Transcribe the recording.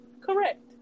correct